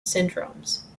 syndromes